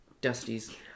Dusty's